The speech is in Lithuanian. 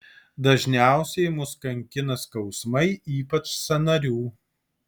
dažniausiai mus kankina skausmai ypač sąnarių